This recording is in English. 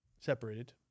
separated